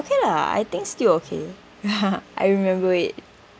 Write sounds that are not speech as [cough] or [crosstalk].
okay lah I think still okay [laughs] I remember it